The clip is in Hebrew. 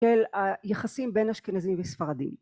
של היחסים בין אשכנזים לספרדים